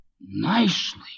Nicely